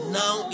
now